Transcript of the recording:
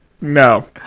No